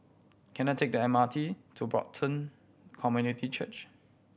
can I take the M R T to Brighton Community Church